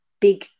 big